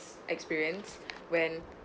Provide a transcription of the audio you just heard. experience when